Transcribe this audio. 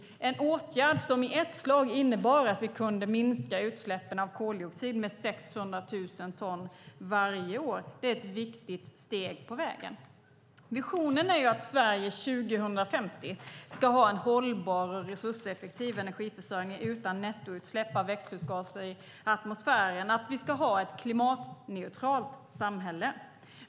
Det är en åtgärd som i ett slag innebar att vi kunde minska utsläppen av koldioxid med 600 000 ton varje år. Det är ett viktigt steg på vägen. Visionen är att Sverige ska ha en hållbar och resurseffektiv energiförsörjning utan nettoutsläpp av växthusgaser i atmosfären och att vi ska ha ett klimatneutralt samhälle 2050.